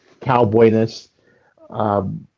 cowboyness